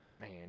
man